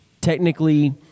technically